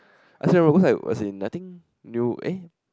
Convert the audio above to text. I sit rollercoaster I was in I think new eh